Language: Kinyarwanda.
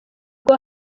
bwo